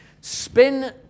Spin